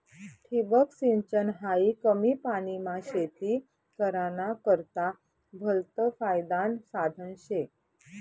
ठिबक सिंचन हायी कमी पानीमा शेती कराना करता भलतं फायदानं साधन शे